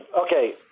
Okay